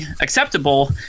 acceptable